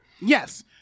Yes